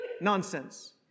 Nonsense